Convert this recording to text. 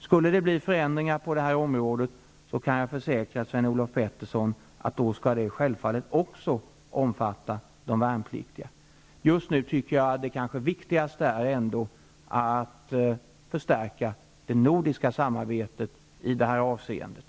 Skulle det ske föränd ringar på det här området kan jag försäkra Sven-Olof Petersson att det själv fallet också skall omfatta de värnpliktiga. Just nu tycker jag att det viktigaste är att förstärka det nordiska samarbetet i det här avseendet.